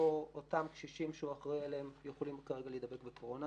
אותם קשישים שהוא אחראי עליהם יכולים כרגע להידבק בקורונה.